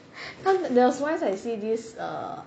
cause there was once I see this uh